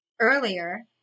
earlier